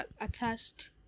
Attached